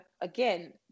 again